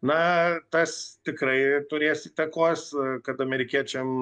na tas tikrai turės įtakos kad amerikiečiam